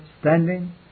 standing